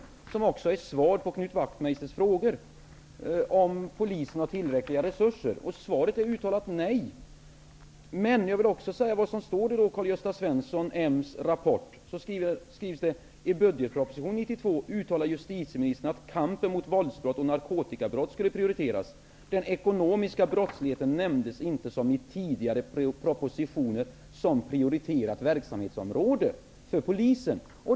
Denna PM innehåller också svar på Knut Wachtmeisters fråga om huruvida polisen har tillräckliga resurser. Svaret är ett uttalat nej. I rapporten skriver Karl-Gösta Svenson: ''I budgetpropositionen 1992 uttalade justitieministern att kampen mot våldsbrott och narkotikabrott skulle prioriteras. Den ekonomiska brottsligheten nämndes inte som i tidigare propositioner som ett prioriterat verksamhetsområde för polisen''.